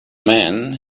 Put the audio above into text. man